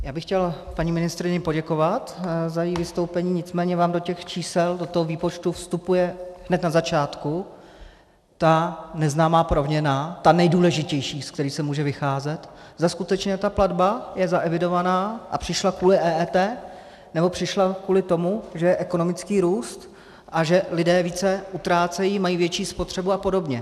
Já bych chtěl paní ministryni poděkovat za její vystoupení, nicméně vám do těch čísel, do toho výpočtu, vstupuje hned na začátku ta neznámá proměna, ta nejdůležitější, ze které se může vycházet, zda skutečně je ta platba zaevidovaná a přišla kvůli EET, nebo přišla kvůli tomu, že je ekonomický růst a že lidé více utrácejí, mají větší spotřebu apod.